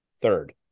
third